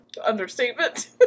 understatement